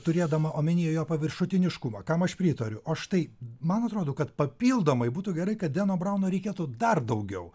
turėdama omeny jo paviršutiniškumą kam aš pritariu o štai man atrodo kad papildomai būtų gerai kad deno brauno reikėtų dar daugiau